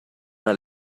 una